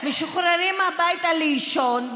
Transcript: משוחררים הביתה לישון,